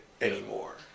anymore